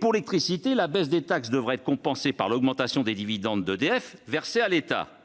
Pour l'électricité, la baisse des taxes devrait être compensée par l'augmentation des dividendes versés par EDF à l'État.